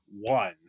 one